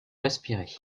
respirer